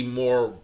more